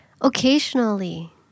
Occasionally